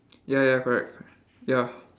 ya ya correct correct ya